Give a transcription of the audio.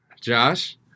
Josh